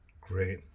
Great